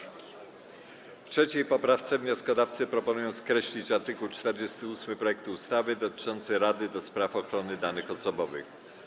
W 3. poprawce wnioskodawcy proponują skreślić art. 48 projektu ustawy dotyczący Rady do Spraw Ochrony Danych Osobowych.